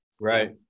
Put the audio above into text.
Right